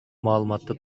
маалыматты